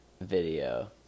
video